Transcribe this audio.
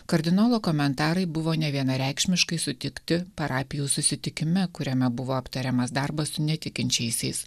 kardinolo komentarai buvo nevienareikšmiškai sutikti parapijų susitikime kuriame buvo aptariamas darbas su netikinčiaisiais